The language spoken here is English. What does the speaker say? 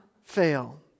fail